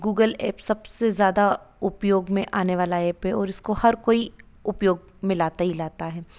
Google app सबसे ज़्यादा उपयोग में आने वाला एप है और उसको हर कोई उपयोग में लाता ही लाता है